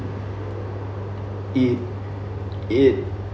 it it